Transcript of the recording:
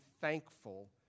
thankful